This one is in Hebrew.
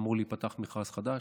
אמור להיפתח מכרז חדש.